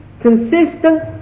consistent